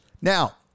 Now